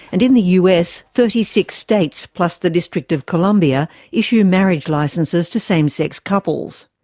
and in the us thirty six states plus the district of colombia issue marriage licenses to same-sex couples.